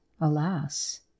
alas